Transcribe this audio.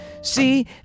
See